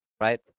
right